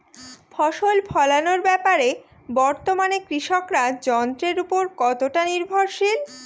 ফসল ফলানোর ব্যাপারে বর্তমানে কৃষকরা যন্ত্রের উপর কতটা নির্ভরশীল?